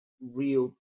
real